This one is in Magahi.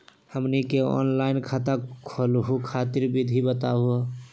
हमनी के ऑनलाइन खाता खोलहु खातिर विधि बताहु हो?